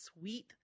sweet